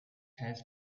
has